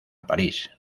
parís